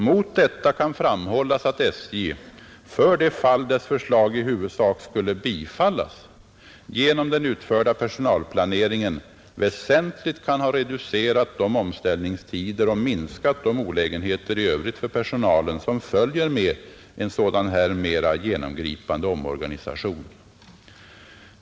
Mot detta kan framhållas att SJ — för det fall dess förslag i huvudsak skulle bifallas — genom den utförda personalplaneringen väsentligt kan ha reducerat de omställningstider och minskat de olägenheter i övrigt för personalen som följer med en sådan här mera genomgripande omorganisation.